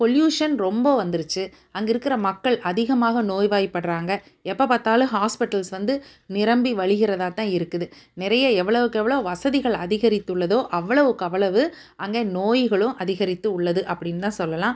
pollution ரொம்ப வந்துடுச்சி அங்கே இருக்கிற மக்கள் அதிகமாக நோய்வாய்ப்படுறாங்க எப்போ பார்த்தாலும் ஹாஸ்பிட்டல்ஸ் வந்து நிரம்பி வழிகிறதாக தான் இருக்குது நிறைய எவ்ளோக்கு எவ்வளோ வசதிகள் அதிகரித்துள்ளதோ அவ்வளோவுக்கு அவ்வளோவு அங்கே நோய்களும் அதிகரித்து உள்ளது அப்படின்னு தான் சொல்லலாம்